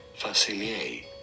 Facilier